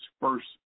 first